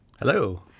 Hello